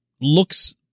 looks